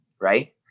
right